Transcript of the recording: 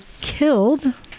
killed